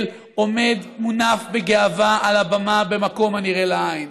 עומד מונף בגאווה על הבמה במקום הנראה לעין.